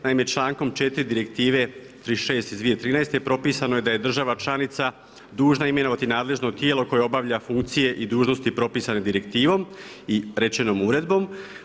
Naime, člankom 4 direktive 36 iz 2013. propisano je da je država članica dužna imenovati nadležno tijelo koje obavlja funkcije i dužnosti propisane direktivom i rečenom uredbom.